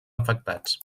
afectats